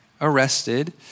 arrested